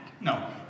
no